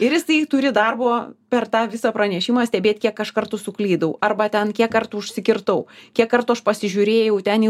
ir jisai turi darbo per tą visą pranešimą stebėt kiek aš kartų suklydau arba ten kiek kartų užsikirtau kiek kartų aš pasižiūrėjau ten į